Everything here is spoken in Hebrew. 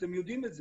אתם יודעים את זה,